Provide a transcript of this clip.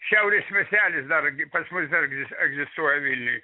šiaurės miestelis dargi pas mus dar egzistuoja vilniuj